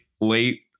late